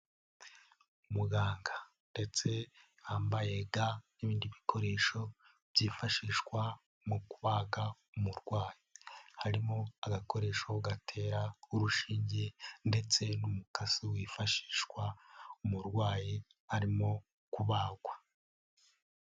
Umuganga ndetse wambaye ga n'ibindi bikoresho byifashishwa mu kubaga umurwayi, harimo agakoresho gatera urushinge ndetse n'umukasi wifashishwa umurwayi arimo kubagwa.